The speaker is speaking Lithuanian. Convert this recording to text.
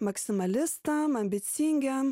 maksimalistam ambicingiem